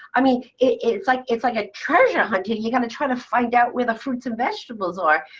i mean, it's like it's like a treasure hunt. you got to try to find out where the fruits of vegetables are.